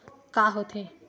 का होथे?